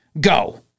Go